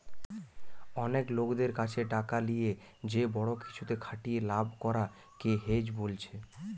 অনেক লোকদের কাছে টাকা লিয়ে যে বড়ো কিছুতে খাটিয়ে লাভ করা কে হেজ বোলছে